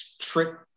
trick